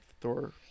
Thor